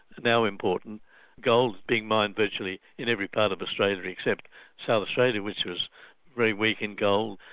now important gold being mined virtually in every part of australia except south australia, which was very weak in gold.